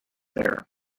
bare